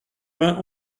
vingt